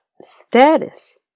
status